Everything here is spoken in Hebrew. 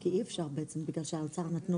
כולם.